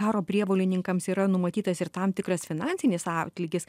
karo prievolininkams yra numatytas ir tam tikras finansinis atlygis